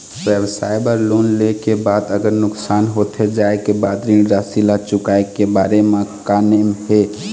व्यवसाय बर लोन ले के बाद अगर नुकसान होथे जाय के बाद ऋण राशि ला चुकाए के बारे म का नेम हे?